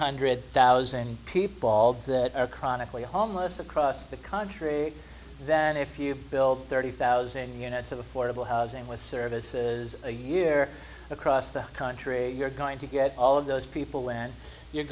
hundred thousand people all that are chronically homeless across the country that if you build thirty thousand units of affordable housing with services a year across the country you're going to get all of those people and you're